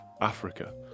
Africa